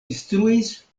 instruis